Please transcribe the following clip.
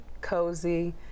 cozy